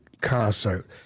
concert